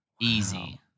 Easy